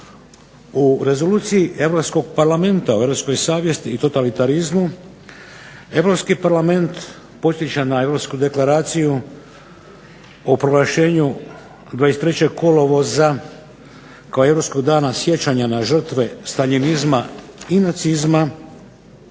U rezoluciji Europskog Parlamenta o europskoj savjesti i totalitarizmu Europski Parlament podsjeća na europsku deklaraciju o proglašenju 23. kolovoza kao europskog dana sjećanja na žrtve staljinizma i nacizma,